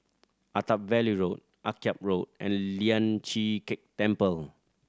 Attap Valley Road Akyab Road and Lian Chee Kek Temple